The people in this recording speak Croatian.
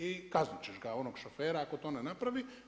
I kazniti ćeš ga, onog šofera, ako to ne napravi.